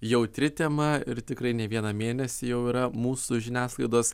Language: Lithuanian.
jautri tema ir tikrai ne vieną mėnesį jau yra mūsų žiniasklaidos